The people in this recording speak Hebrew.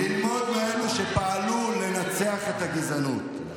ללמוד מאלה שפעלו לנצח את הגזענות.